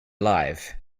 alive